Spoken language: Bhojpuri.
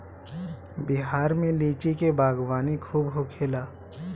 बिहार में लीची के बागवानी खूब होखेला